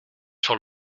sur